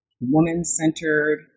woman-centered